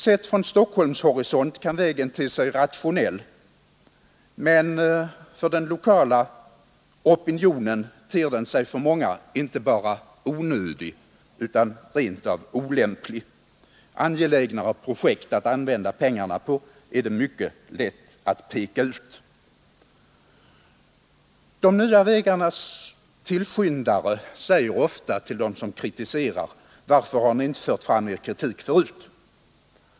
Sett från Stockholms horisont kan vägen te sig rationell — men ur lokal synpunkt ter den sig för många inte bara onödig utan rent av olämplig. Angelägnare projekt att använda pengarna på är det mycket lätt att peka ut. Den nya vägens tillskyndare säger ofta till dem som kritiserar: Varför har ni inte fört fram er kritik förut?